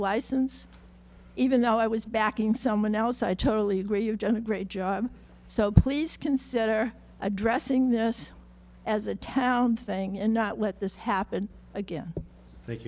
license even though i was back in someone else i totally agree you join a great job so please consider addressing this as a town thing and not let this happen again